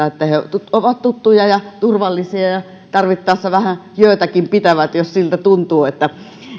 että he ovat tuttuja ja turvallisia ja tarvittaessa vähän jöötäkin pitävät jos siltä tuntuu